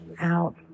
out